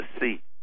see